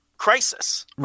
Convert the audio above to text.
crisis